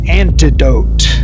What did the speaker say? antidote